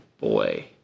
boy